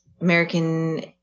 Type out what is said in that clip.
American